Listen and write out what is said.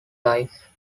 life